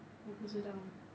我不知道